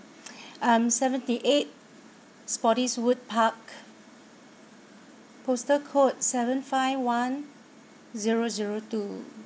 um seventy eight spottiswoode park postal code seven five one zero zero two